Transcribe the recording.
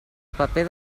paper